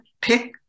pick